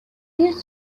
used